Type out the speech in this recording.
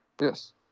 Yes